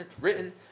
written